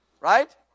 Right